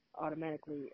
automatically